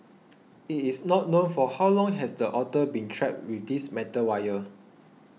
it is not known for how long has the otter been trapped with this metal wire